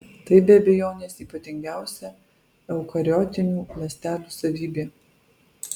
tai be abejonės ypatingiausia eukariotinių ląstelių savybė